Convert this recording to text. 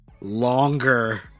longer